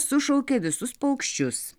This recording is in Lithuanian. sušaukė visus paukščius